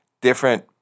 different